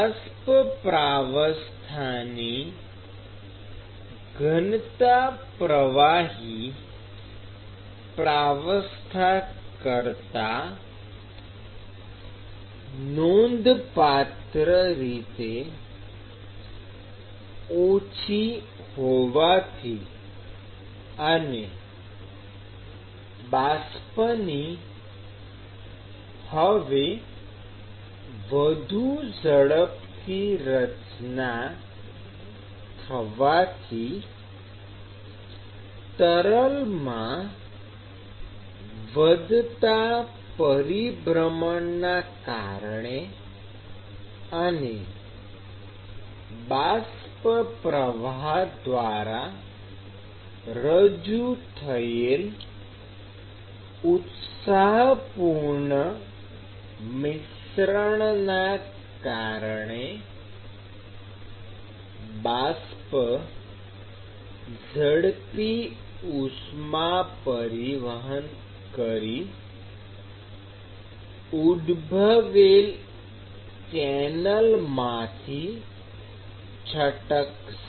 બાષ્પ પ્રાવસ્થાની ઘનતા પ્રવાહી પ્રાવસ્થા કરતા નોંધપાત્ર રીતે ઓછી હોવાથી અને બાષ્પની હવે વધુ ઝડપથી રચના થવાથી તરલમાં વધતા પરિભ્રમણના કારણે અને બાષ્પ પ્રવાહ દ્વારા રજૂ થયેલ ઉત્સાહપૂર્ણ મિશ્રણના કારણે બાષ્પ ઝડપી ઉષ્મા પરિવહન કરી ઉદભવેલ ચેનલમાંથી છટકશે